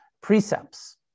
precepts